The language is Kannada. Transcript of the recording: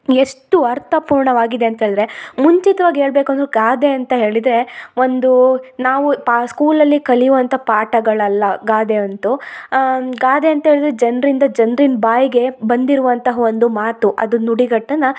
ಎಷ್ಟು ಅರ್ಥಪೂರ್ಣವಾಗಿದೆ ಅಂತೇಳಿದರೆ ಮುಂಚಿತವಾಗಿ ಹೇಳ್ಬೇಕು ಅಂದ್ರು ಗಾದೆ ಅಂತ ಹೇಳಿದರೆ ಒಂದೂ ನಾವು ಪಾ ಸ್ಕೂಲ್ನಲ್ಲಿ ಕಲಿಯುವಂಥ ಪಾಠಗಳಲ್ಲ ಗಾದೆ ಅಂತು ಗಾದೆ ಅಂತೇಳಿದರೆ ಜನರಿಂದ ಜನ್ರಿನ ಬಾಯಿಗೆ ಬಂದಿರುವಂಥ ಒಂದು ಮಾತು ಅದು ನುಡಿಗಟ್ಟನ್ನ